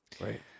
Right